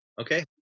okay